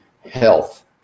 health